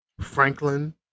Franklin